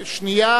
מקשה אחת,